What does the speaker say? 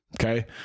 Okay